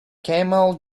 camel